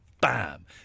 Bam